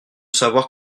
savoir